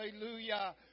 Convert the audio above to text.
Hallelujah